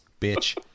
Bitch